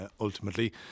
ultimately